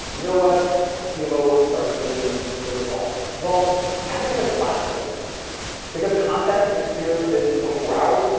you know what, my cmo wants to start seeing the results? well, you have things like flash sales because content disappears within twenty four hours,